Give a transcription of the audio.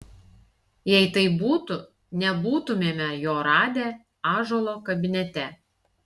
jei taip būtų nebūtumėme jo radę ąžuolo kabinete